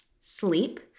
Sleep